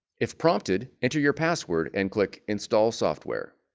if prompted enter your password and click install software